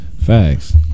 Facts